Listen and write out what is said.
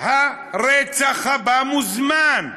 הרצח הבא מוזמן.